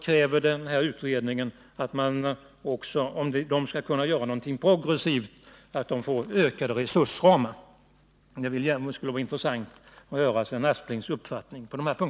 För att utredningen skall kunna göra någonting progressivt krävs ökade resurser. Det skulle vara intressant att höra Sven Asplings uppfattning om denna sak.